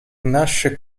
nasce